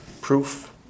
proof